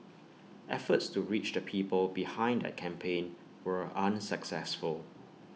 efforts to reach the people behind that campaign were unsuccessful